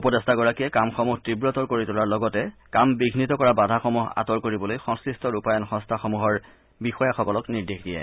উপদ্টোগৰাকীয়ে কামসমূহ তীৱতৰ কৰি তোলাৰ লগতে কাম বিঘিত কৰা বাধাসমূহ আঁতৰ কৰিবলৈ সংশ্লিষ্ট ৰূপায়ণ সংস্থাসমূহৰ বিষয়াসকলক নিৰ্দেশ দিয়ে